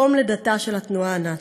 מקום לידתה של התנועה הנאצית.